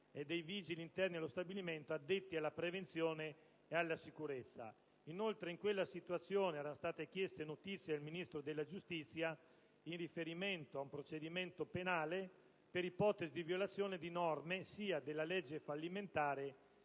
e dei vigili interni allo stabilimento addetti alla prevenzione e alla sicurezza. In quella circostanza, inoltre, erano state chieste notizie al Ministro della giustizia in riferimento ad un procedimento penale per ipotesi di violazione di norme, sia della legge fallimentare,